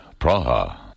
Praha